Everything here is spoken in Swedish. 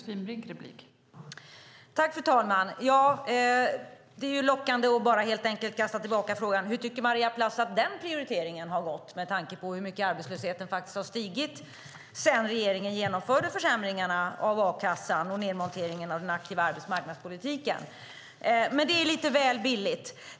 Fru talman! Det är lockande att helt enkelt kasta tillbaka frågan: Hur tycker Maria Plass att den prioriteringen har gått med tanke på hur mycket arbetslösheten faktiskt har stigit sedan regeringen genomförde försämringarna av a-kassan och nedmonteringen av den aktiva arbetsmarknadspolitiken? Men det är lite väl billigt.